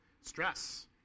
stress